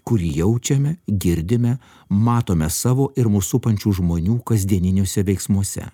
kurį jaučiame girdime matome savo ir mus supančių žmonių kasdieniniuose veiksmuose